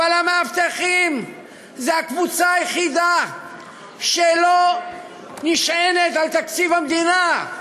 אבל המאבטחים הם הקבוצה היחידה שלא נשענת על תקציב המדינה.